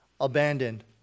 abandoned